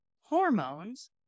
hormones